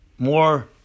More